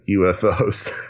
UFOs